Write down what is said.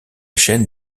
chaîne